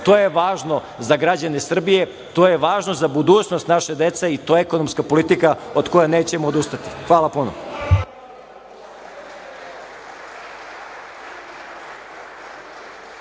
To je važno za građane Srbije, to je važno za budućnost naše dece i to je ekonomska politika od koje nećemo odustati. Hvala puno.